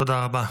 תודה רבה.